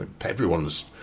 Everyone's